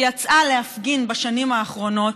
שיצאה להפגין בשנים האחרונות,